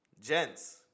Gents